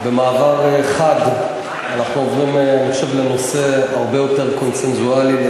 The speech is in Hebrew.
במעבר חד אנחנו עוברים לנושא הרבה יותר קונסנזואלי,